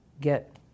get